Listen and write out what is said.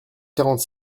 quarante